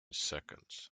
seconds